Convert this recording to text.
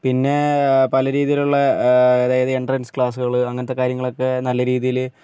പിന്നെ പല രീതിയിലുള്ള എൻട്രൻസ് ക്ലാസുകൾ അങ്ങനത്തെ ഒക്കെ കാര്യങ്ങൾ നല്ല രീതിയില്